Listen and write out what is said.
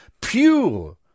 pure